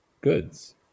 goods